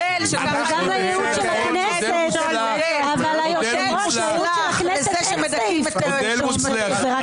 לייעוץ של הכנסת אין סעיף שאומר שזה רק עצה.